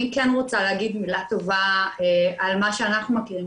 אני כן רוצה להגיד מילה טובה על מה שאנחנו מכירים,